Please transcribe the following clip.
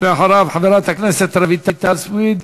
אחריו, חברת הכנסת רויטל סויד,